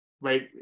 right